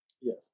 Yes